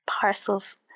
parcels